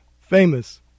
famous